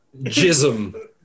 Jism